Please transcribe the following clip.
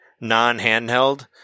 non-handheld